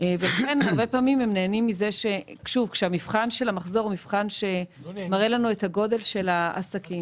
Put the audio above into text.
ולכן הרבה פעמים הם נהנים כאשר מבחן המחזור מראה לנו את גודל העסקים,